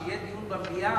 שיהיה דיון במליאה,